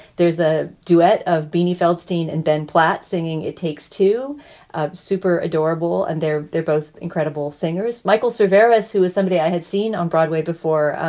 there's a duet of beanie feldstein and ben platt singing. it takes two super adorable. and they're they're both incredible singers. michael cerveris, who is somebody i had seen on broadway before, ah